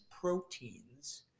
proteins